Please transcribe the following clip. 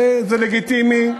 וזה לגיטימי.